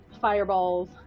fireballs